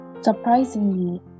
surprisingly